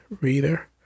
reader